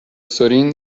سرین